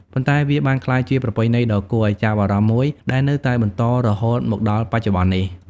ប៉ុន្តែវាបានក្លាយជាប្រពៃណីដ៏គួរឲ្យចាប់អារម្មណ៍មួយដែលនៅតែបន្តរហូតមកដល់បច្ចុប្បន្ននេះ។